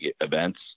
events